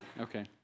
Okay